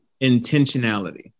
Intentionality